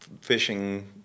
fishing